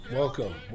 welcome